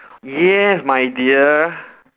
yes my dear